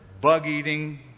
bug-eating